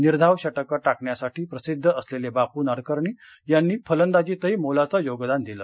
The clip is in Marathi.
निर्धाव षटकं टाकण्यासाठी प्रसिद्ध असलेले बापू नाडकर्णी यांनी फलंदाजीतही मोलाचं योगदान दिलं